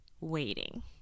waiting